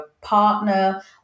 partner